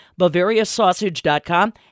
BavariaSausage.com